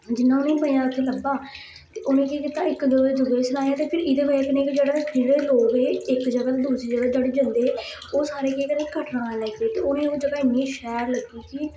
जियां उनेंगी मज़ा अग लब्भा ते उनें केह् कीता इक्क दए दूए सनाया ते फ एह्दी बजह कन्नै जेह्ड़े लोक हे इक जगह् दूरी जग ज जंदे हे ओह् सारे केह् कर घटना लगगे ते उनें ओह् जगह इन्नी शैल लग्गी कि